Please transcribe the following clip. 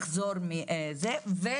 תקנו אותי מהביטוח הלאומי,